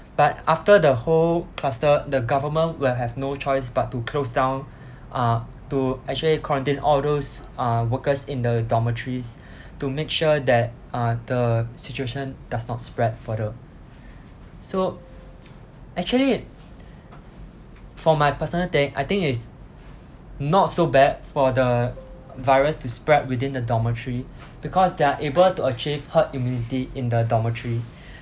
but after the whole cluster the government will have no choice but to close down uh to actually quarantine all those uh workers in the dormitories to make sure that uh the situation does not spread further so actually for my personal take I think it's not so bad for the virus to spread within the dormitory because they are able to achieve herd immunity in the dormitory